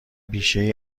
بیشهای